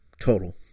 total